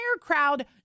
crowd